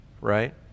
right